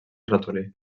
ratolí